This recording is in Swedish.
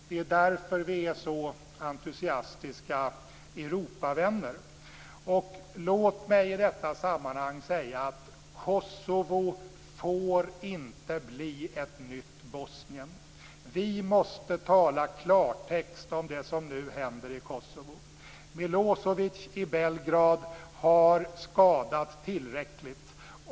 Det är därför vi är så entusiastiska Europavänner. Låt mig i det sammanhanget säga: Kosovo får inte bli ett nytt Bosnien! Vi måste tala klartext om det som nu händer i Kosovo. Milosevic i Belgrad har skadat tillräckligt.